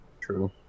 True